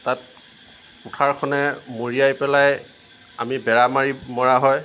তাত কুঠাৰখনে মৰিয়াই পেলাই আমি বেৰা মাৰি মৰা হয়